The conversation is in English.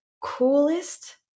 coolest